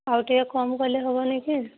ଆଉ ଟିକିଏ କମ୍ କଲେ ହେବନି କି